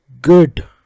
Good